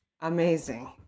amazing